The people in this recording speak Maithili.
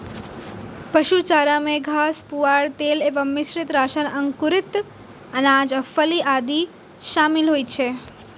पशु चारा मे घास, पुआर, तेल एवं मिश्रित राशन, अंकुरित अनाज आ फली आदि शामिल होइ छै